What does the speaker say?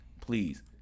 please